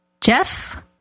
Jeff